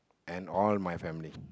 and all my family